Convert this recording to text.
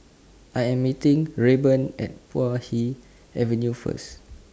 I Am meeting Rayburn At Puay Hee Avenue First